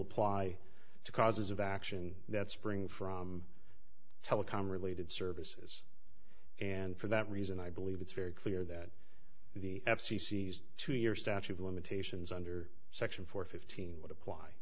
apply to causes of action that spring from telecom related services and for that reason i believe it's very clear that the f c c to your statute of limitations under section four fifteen would apply